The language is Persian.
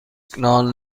سیگنال